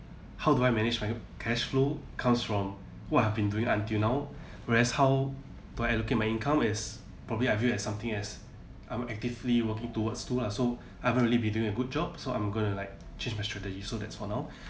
how do I manage my cash flow comes from what I've been doing until now whereas how do I allocate my income is probably I view as something as I'm actively working towards too lah so I haven't really be doing a good job so I'm gonna like change my strategy so that's for now